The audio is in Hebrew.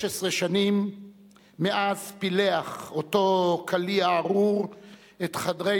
16 שנים מאז פילח אותו קליע ארור את חדרי